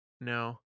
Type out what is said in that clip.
no